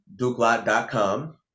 dukelot.com